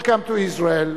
Welcome to Israel.